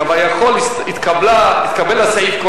כביכול התקבל הסעיף,